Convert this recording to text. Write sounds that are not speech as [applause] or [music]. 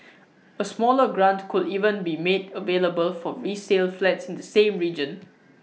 [noise] A smaller grant could even be made available for resale flats in the same region